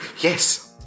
Yes